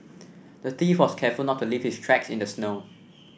the thief was careful to not leave his tracks in the snow